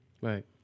Right